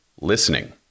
listening